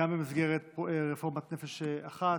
גם במסגרת רפורמת נפש אחת.